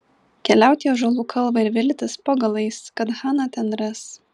keliauti į ąžuolų kalvą ir viltis po galais kad haną ten ras